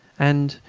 and.